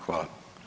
Hvala.